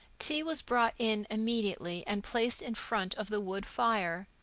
tea was brought in immediately and placed in front of the wood fire.